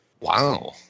Wow